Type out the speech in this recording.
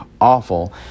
awful